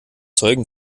zeugen